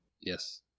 Yes